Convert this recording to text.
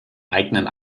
eigenen